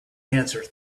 answer